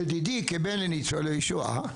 לדידי, כבן לניצולי שואה,